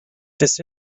this